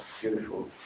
Beautiful